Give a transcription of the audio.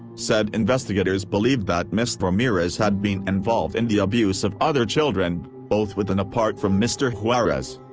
said investigators believed that ms. ramirez had been involved in the abuse of other children, both with and apart from mr. juarez.